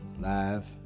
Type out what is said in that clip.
live